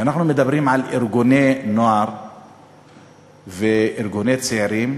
כשאנחנו מדברים על ארגוני נוער וארגוני צעירים,